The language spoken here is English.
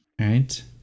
right